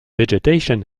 vegetation